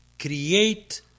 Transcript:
create